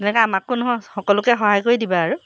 তেনেকৈ আমাকেই নহয় সকলোকে সহায় কৰি দিবা আৰু